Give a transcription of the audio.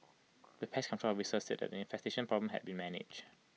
the pest control officer said that the infestation problem have been managed